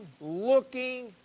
looking